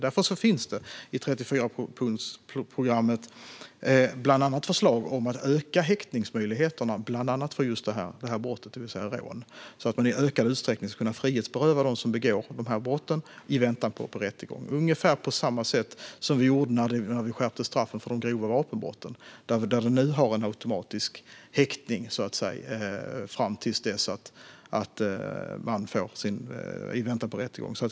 Därför finns det i 34-punktsprogrammet förslag om att öka häktningsmöjligheterna för bland annat just detta brott, det vill säga rån, så att man i ökad utsträckning ska kunna frihetsberöva dem som begår dessa brott i väntan på rättegång - ungefär på samma sätt som vi gjorde när vi skärpte straffen för de grova vapenbrotten, där vi nu har en automatisk häktning i väntan på rättegång.